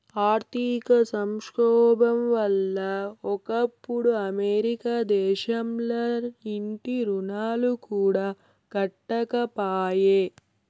ఆర్థిక సంక్షోబం వల్ల ఒకప్పుడు అమెరికా దేశంల ఇంటి రుణాలు కూడా కట్టకపాయే